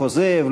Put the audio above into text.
כוזב,